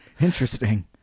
interesting